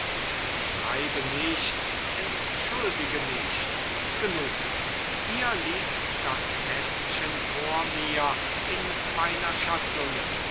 beschreibe nicht entschuldige nicht genug hier liegt das kästchen vor mir in meiner schatulle